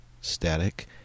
Static